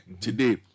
today